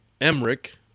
Emric